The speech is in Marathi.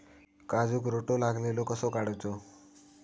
काजूक रोटो लागलेलो कसो काडूचो?